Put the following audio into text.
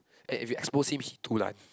and if you expose him he dulan